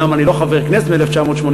אומנם אני לא חבר כנסת מ-1984,